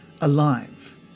alive